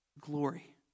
Glory